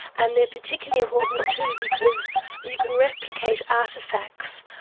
and they're particularly important too, because you can replicate artefacts,